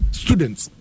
students